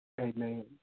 Amen